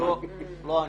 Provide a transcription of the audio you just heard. לא אני.